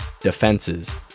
defenses